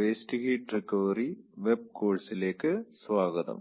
waste heat recovery web കോഴ്സിലേക്ക് സ്വാഗതം